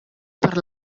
per